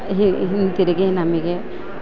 ಹಿ ಹಿಂತಿರುಗಿ ನಮಗೆ